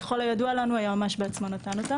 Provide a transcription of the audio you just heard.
ככל הידוע לנו, היועמ"ש בעצמו נתן אותה.